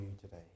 today